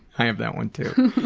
i have that one too,